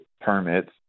permits